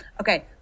okay